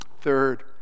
Third